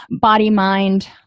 body-mind